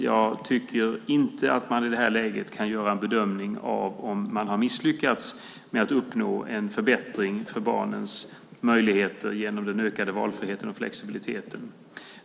Jag tycker inte att man i detta läge kan göra en bedömning av om man har misslyckats med att uppnå en förbättring i fråga om barnens möjligheter genom den ökade valfriheten och flexibiliteten.